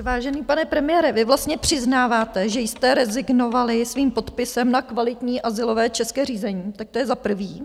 Vážený pane premiére, vy vlastně přiznáváte, že jste rezignovali svým podpisem na kvalitní azylové české řízení, tak to je za prvé.